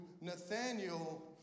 Nathaniel